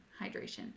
hydration